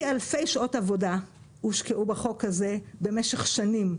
אלפי שעות עבודה שהושקעו בחוק הזה במשך שנים,